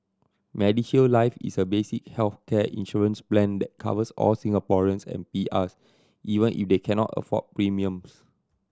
MediShield Life is a basic healthcare insurance plan that covers all Singaporeans and P Rs even if they cannot afford premiums